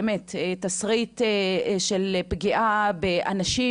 באמת, תסריט של פגיעה באנשים,